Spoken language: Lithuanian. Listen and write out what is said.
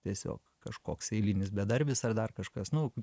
tiesiog kažkoks eilinis bedarbis ar dar kažkas nu